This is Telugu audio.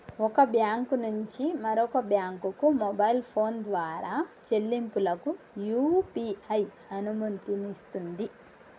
ఒక బ్యాంకు నుంచి మరొక బ్యాంకుకు మొబైల్ ఫోన్ ద్వారా చెల్లింపులకు యూ.పీ.ఐ అనుమతినిస్తుంది